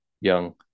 young